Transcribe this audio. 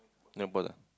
don't bother